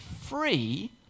free